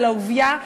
ולאהוביה,